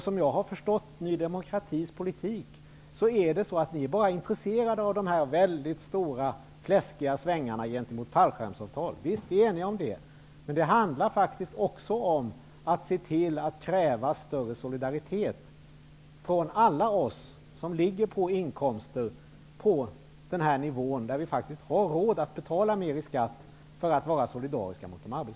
Som jag har förstått Ny demokratis politik, är ni bara intresserade av de stora fläskiga svängarna gentemot fallskärmsavtalen. Visst, vi är eniga i den frågan. Men det handlar faktiskt också om att kräva större solidaritet gentemot de arbetslösa från alla oss som ligger på sådana inkomstnivåer att vi har råd att betala mer i skatt.